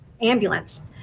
ambulance